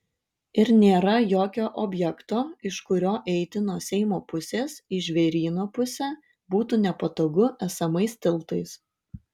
ir nėra jokio objekto iš kurio eiti nuo seimo pusės į žvėryno pusę būtų nepatogu esamais tiltais